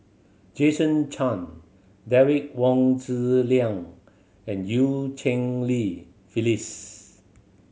Jason Chan Derek Wong Zi Liang and Eu Cheng Li Phyllis